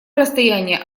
расстояние